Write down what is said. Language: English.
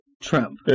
Trump